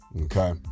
Okay